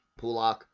Pulak